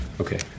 Okay